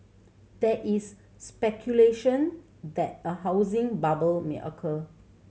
there is speculation that a housing bubble may occur